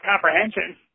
comprehension